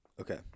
Okay